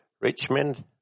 Richmond